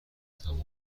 تموم